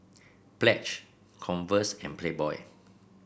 Pledge Converse and Playboy